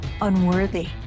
unworthy